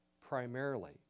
primarily